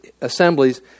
assemblies